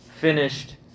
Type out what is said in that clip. finished